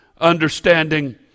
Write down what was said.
understanding